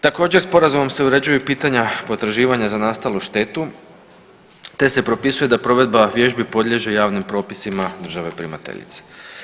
Također, Sporazumom se uređuju pitanja potraživanja za nastalu štetu te se propisuje da provedba vježbi podliježe javnim propisima države primateljice.